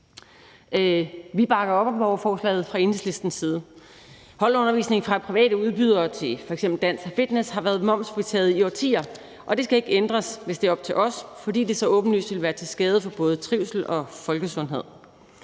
side op om borgerforslaget. Holdundervisning fra private udbydere til f.eks. dans og fitness har været momsfritaget i årtier, og det skal ikke ændres, hvis det er op til os, fordi det så åbenlyst ville være til skade for både trivsel og folkesundhed.